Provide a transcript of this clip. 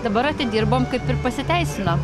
dabar atidirbom kaip ir pasiteisino